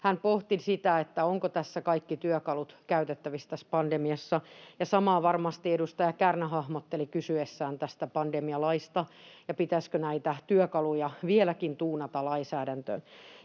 Hän pohti sitä, ovatko tässä pandemiassa kaikki työkalut käytettävissä, ja samaa varmasti edustaja Kärnä hahmotteli kysyessään tästä pandemialaista ja siitä, pitäisikö näitä työkaluja vieläkin tuunata lainsäädäntöön.